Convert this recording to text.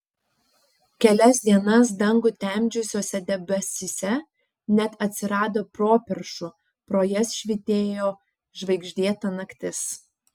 kelias dienas dangų temdžiusiuose debesyse net atsirado properšų pro jas švytėjo žvaigždėta naktis